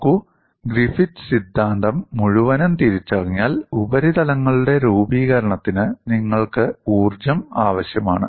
നോക്കൂ ഗ്രിഫിത്ത് സിദ്ധാന്തം മുഴുവനും തിരിച്ചറിഞ്ഞാൽ ഉപരിതലങ്ങളുടെ രൂപീകരണത്തിന് നിങ്ങൾക്ക് ഊർജ്ജം ആവശ്യമാണ്